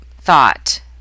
thought